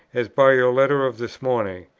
as by your letter of this morning.